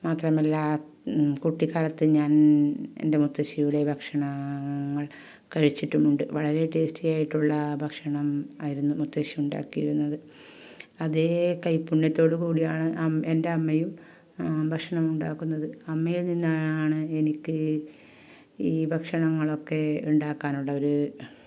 മാത്രമല്ല കുട്ടിക്കാലത്ത് ഞാൻ എൻ്റെ മുത്തശ്ശിയുടെ ഭക്ഷണങ്ങൾ കഴിച്ചിട്ടുമുണ്ട് വളരെ ടേസ്റ്റിയായിട്ടുള്ള ഭക്ഷണം ആയിരുന്നു മുത്തശ്ശി ഉണ്ടാക്കിയിരുന്നത് അതേ കൈപുണ്യത്തോടു കൂടിയാണ് അ എൻ്റെ അമ്മയും ഭക്ഷണം ഉണ്ടാക്കുന്നത് അമ്മയിൽ നിന്നാണ് എനിക്ക് ഈ ഭക്ഷണങ്ങളൊക്കെ ഉണ്ടാക്കാനുള്ള ഒരു